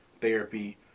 therapy